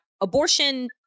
abortion